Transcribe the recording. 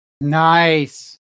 nice